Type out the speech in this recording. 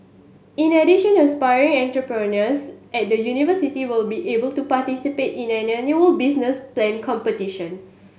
in addition aspiring entrepreneurs at the university will be able to participate in an annual business plan competition